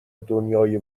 دنیای